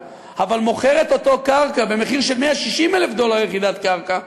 ומוכר את אותה קרקע במחיר של 160,000 דולר ליחידת קרקע,